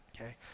okay